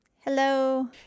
Hello